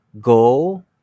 go